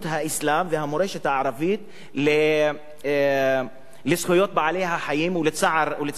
והמורשת הערבית לזכויות בעלי-החיים ולצער בעלי-החיים.